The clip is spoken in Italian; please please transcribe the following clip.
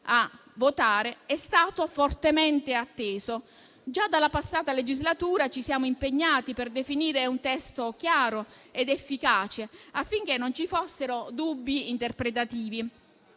a votare è stato fortemente atteso. Già nella passata legislatura ci siamo impegnati per definire un testo chiaro ed efficace, affinché non ci fossero dubbi interpretativi.